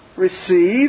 receive